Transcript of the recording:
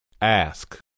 Ask